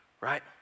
right